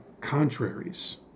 contraries